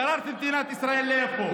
גררתם את מדינת ישראל, לאיפה?